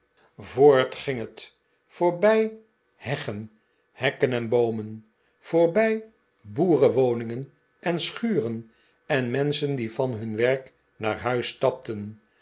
voort ging het voorbij heggen hekken en boomen voorbij boerenwoningen en schuren en menschen die van hun werk naar huis stapten